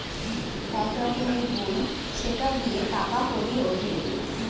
এক রকমের বই সেটা দিয়ে টাকা কড়ি উঠে